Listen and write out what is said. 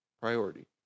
priority